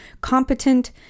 Competent